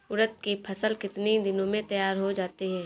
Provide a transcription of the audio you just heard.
उड़द की फसल कितनी दिनों में तैयार हो जाती है?